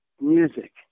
music